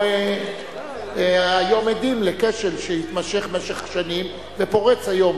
היום עדים לכשל שהתמשך שנים ופורץ היום.